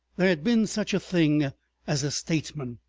there had been such a thing as a statesman.